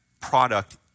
product